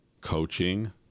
coaching